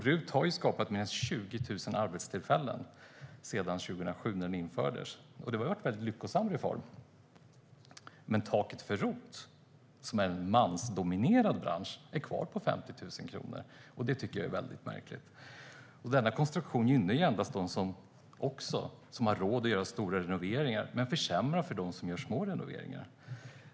RUT har skapat mer än 20 000 arbetstillfällen sedan 2007, när det infördes. Det har varit en lyckosam reform. Men taket för ROT, som är en mansdominerad bransch, är kvar på 50 000 kronor. Det tycker jag är märkligt. Även denna konstruktion gynnar ju endast dem som har råd att göra stora renoveringar men försämrar för dem som gör små renoveringar.